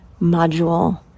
module